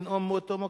לנאום באותו מקום,